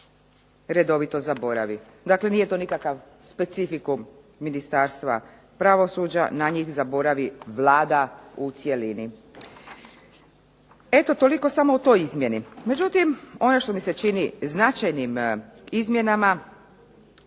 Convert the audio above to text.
redovito zaboravi. Dakle nije to nikakav specifikum Ministarstva pravosuđa, na njih zaboravi Vlada u cjelini. Eto toliko samo o toj izmjeni. Međutim ono što mi se čini značajnim izmjenama,